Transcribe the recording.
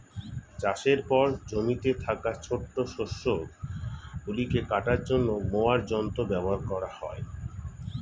চাষের পর জমিতে থাকা ছোট শস্য গুলিকে কাটার জন্য মোয়ার যন্ত্র ব্যবহার করা হয়